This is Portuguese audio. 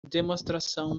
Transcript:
demonstração